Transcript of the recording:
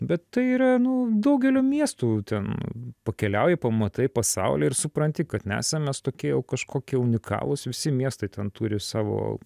bet tai yra nu daugelio miestų ten pakeliauji pamatai pasaulį ir supranti kad nesam mes tokie jau kažkokie unikalūs visi miestai ten turi savo